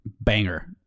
banger